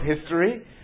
history